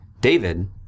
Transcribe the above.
David